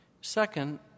Second